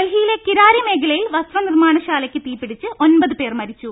ഡൽഹിയിലെ കിരാരി മേഖലയിൽ വസ്ത്രനിർമ്മാണശാ ലയ്ക്ക് തീപിടിച്ച് ഒമ്പത് പേർ മരിച്ചു